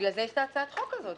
ובגלל זה יש את הצעת החוק הזו,